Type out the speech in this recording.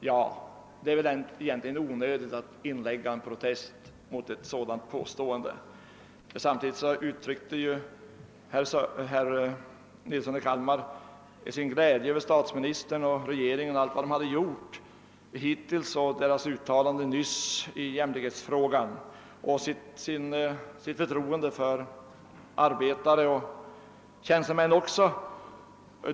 Ja, det är faktiskt onödigt att protestera mot ett sådant påstående. Samtidigt uttryckte herr Nilsson i Kalmar sin glädje över vad statsministern och regeringen hittills har gjort och över deras uttalanden på senaste tiden i jämlikhetsfrågan samt sitt förtroende för både arbetare och tjänstemän.